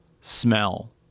smell